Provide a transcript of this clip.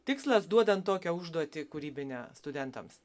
tikslas duodant tokią užduotį kūrybinę studentams